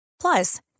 Plus